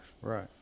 Right